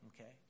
okay